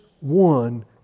one